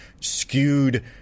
skewed